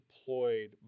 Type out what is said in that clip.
deployed